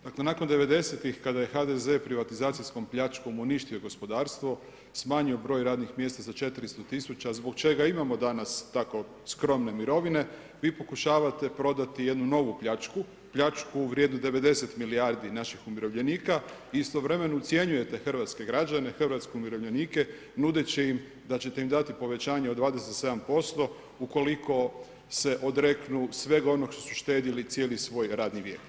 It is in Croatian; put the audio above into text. Dakle nakon '90. kada je HDZ privatizacijskom pljačkom uništio gospodarstvo, smanjio broj radnih mjesta za 400 000, zbog čega i imamo danas tako skromne mirovine, vi pokušavate prodati jednu novu pljačku, pljačku u vrijedu 90 milijardi naših umirovljenika i istovremeno ucjenjujete hrvatske građane, hrvatske umirovljenike nudeći im da ćete im dati povećanje od 27% ukoliko se odreknu svega onog što su štedili cijeli svoj radni vijek.